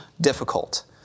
difficult